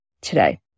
today